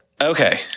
Okay